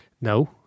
No